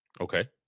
okay